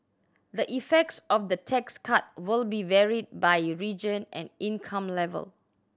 the effects of the tax cut will be varied by region and income level